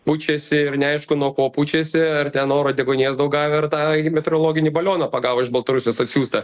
pučiasi ir neaišku nuo ko pučiasi ar ten oro deguonies daug gavę ar tą meteorologinį balioną pagavo iš baltarusijos atsiųstą